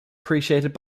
appreciated